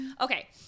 Okay